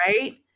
Right